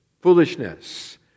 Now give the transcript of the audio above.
foolishness